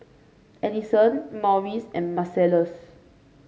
Addyson Marius and Marcellus